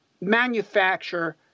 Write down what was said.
manufacture